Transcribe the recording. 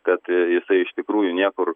kad jisai iš tikrųjų niekur